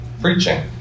preaching